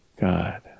God